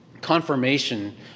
confirmation